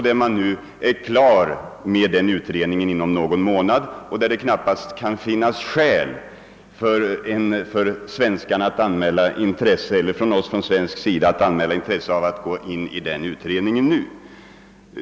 Den är klar inom någon månad, och det finns knappast skäl för oss svenskar att anmäla intresse för att gå in i denna utredning nu.